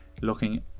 looking